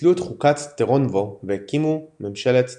ביטלו את חוקת טרנובו והקימו ממשלת טכנוקרטים.